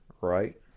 Right